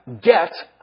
get